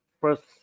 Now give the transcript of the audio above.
first